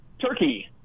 turkey